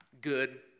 good